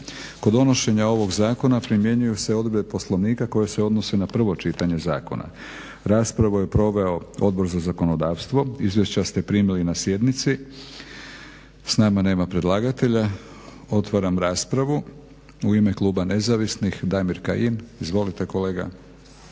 Kod donošenja ovog zakona primjenjuju se odredbe Poslovnika koje se odnose na prvo čitanje zakona. Raspravu je proveo Odbor za zakonodavstvo. Izvješća ste primili na sjednici. S nama nema predlagatelja. Otvaram raspravu. U ime kluba nezavisnih Damir Kajin. Izvolite kolega.